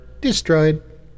destroyed